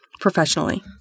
Professionally